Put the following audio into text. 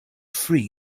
free